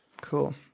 Cool